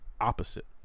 opposite